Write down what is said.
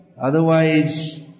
Otherwise